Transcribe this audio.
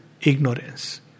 ignorance